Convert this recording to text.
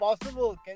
possible